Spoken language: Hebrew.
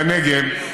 בנגב,